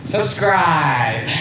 Subscribe